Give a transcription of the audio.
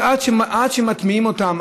שעד שמטמיעים אותן,